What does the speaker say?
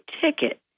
ticket